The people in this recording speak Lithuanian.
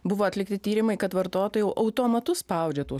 buvo atlikti tyrimai kad vartotojai jau automatu spaudžia tuo